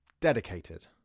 dedicated